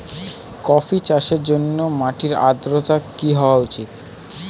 Coffee চাষের জন্য মাটির আর্দ্রতা কি হওয়া উচিৎ?